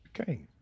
Okay